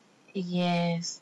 yes